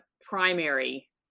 primary